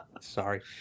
Sorry